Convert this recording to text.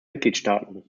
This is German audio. mitgliedstaaten